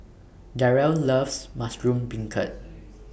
Darell loves Mushroom Beancurd